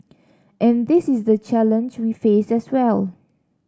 and this is the challenge we face as well